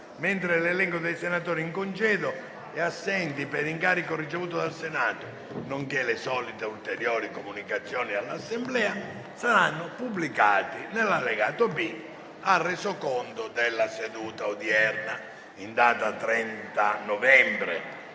L'elenco dei senatori in congedo e assenti per incarico ricevuto dal Senato, nonché ulteriori comunicazioni all'Assemblea saranno pubblicati nell'allegato B al Resoconto della seduta odierna. **Disegni